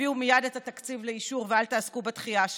תביאו מייד את התקציב לאישור ואל תעסקו בדחייה שלו.